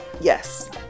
Yes